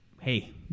Hey